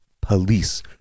police